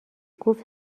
گفت